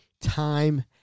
time